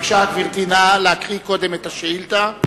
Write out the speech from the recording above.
בבקשה, גברתי, נא לקרוא קודם את השאילתא.